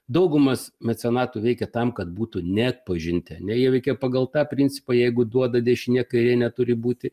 daugumas mecenatų veikia tam kad būtų neatpažinti ar ne jie veikia pagal tą principą jeigu duoda dešinė kairė neturi būti